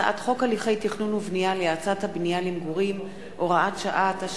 הצעת חוק הליכי תכנון ובנייה להאצת הבנייה למגורים (הוראת שעה),